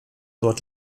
dort